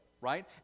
right